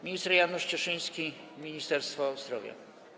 Minister Janusz Cieszyński, Ministerstwo Zdrowia.